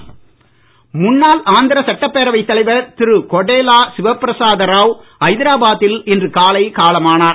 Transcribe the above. ஆந்திரா மரணம் முன்னாள் ஆந்திர சட்டப்பேரவைத் தலைவர் திரு கொடேலா சிவபிரசாத ராவ் ஐதராபாத்தில் இன்று காலை காலமானார்